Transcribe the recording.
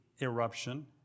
eruption